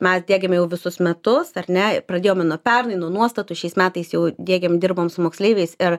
mes diegiame jau visus metus ar ne pradėjome nuo permainų nuostatų šiais metais jau diegėm dirbom su moksleiviais ir